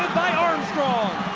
by armstrong!